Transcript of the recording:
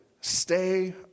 stay